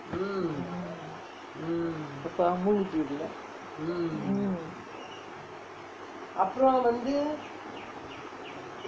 அப்போ அம்முகுட்டி இல்லே:appo ammukutti illae mm